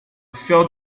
felt